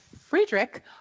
Friedrich